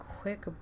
quick